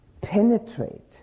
penetrate